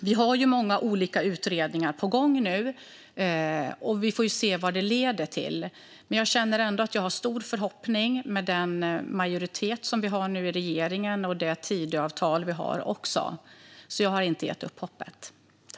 Vi har nu många olika utredningar på gång, och vi får se vad de leder till. Men jag känner ändå stor förhoppning med den regering och det Tidöavtal vi nu har. Jag har inte gett upp hoppet.